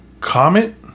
comment